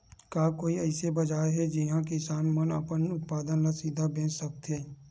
का कोई अइसे बाजार हे जिहां किसान मन अपन उत्पादन ला सीधा बेच सकथे?